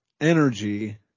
energy